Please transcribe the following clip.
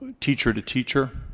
teacher to teacher